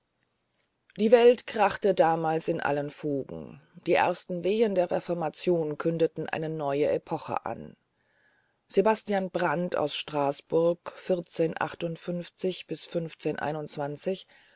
die welt krachte damals in allen fugen die ersten wehen der reformation kündeten eine neue ära an sebastian brant aus straßburg